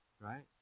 right